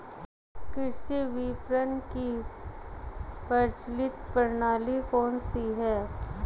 कृषि विपणन की प्रचलित प्रणाली कौन सी है?